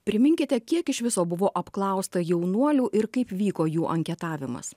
priminkite kiek iš viso buvo apklausta jaunuolių ir kaip vyko jų anketavimas